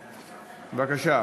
בבקשה.